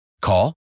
Call